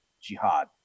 jihad